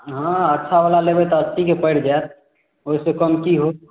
हँ अच्छा बला लेबै तऽ अस्सीके पड़ि जाएत ओहि से कम की होयत